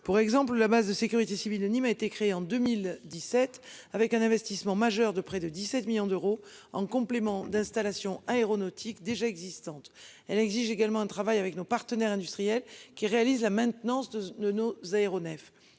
Pour exemple la base de sécurité civile. Nîmes a été créé en 2017 avec un investissement majeur de près de 17 millions d'euros en complément d'installations aéronautiques déjà existantes. Elle exige également un travail avec nos partenaires industriels qui réalise la maintenance de nos aéronefs